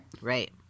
Right